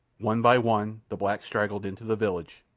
one by one the blacks straggled into the village,